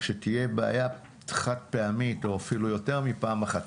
אז כשתהיה בעיה חד פעמית או אפילו יותר מפעם אחת,